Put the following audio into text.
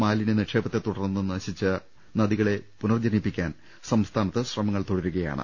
മാലിന്യനിക്ഷേ പത്തെ തുടർന്ന് നശിച്ച നദികളെ പുനർജനിപ്പിക്കാൻ സംസ്ഥാനത്ത് ശ്രമങ്ങൾ തുടരുകയാണ്